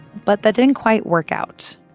but that didn't quite work out.